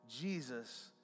Jesus